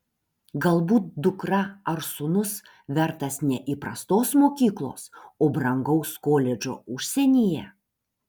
galbūt dukra ar sūnus vertas ne įprastos mokyklos o brangaus koledžo užsienyje